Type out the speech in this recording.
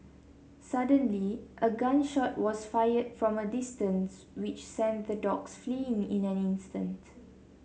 suddenly a gun shot was fired from a distance which sent the dogs fleeing in an instant